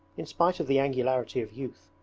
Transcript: in spite of the angularity of youth,